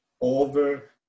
over